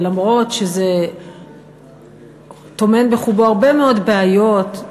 וגם אם זה טומן בחובו הרבה מאוד בעיות,